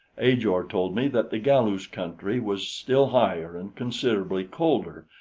ajor told me that the galus country was still higher and considerably colder,